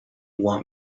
want